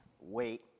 wait